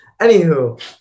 Anywho